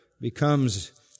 becomes